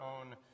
own